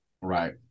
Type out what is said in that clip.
Right